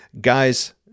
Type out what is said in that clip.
guys